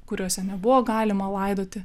kuriose nebuvo galima laidoti